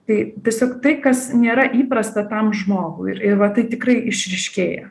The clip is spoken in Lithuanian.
tai tiesiog tai kas nėra įprasta tam žmogui ir ir va tai tikrai išryškėja